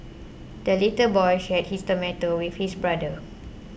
the little boy shared his tomato with his brother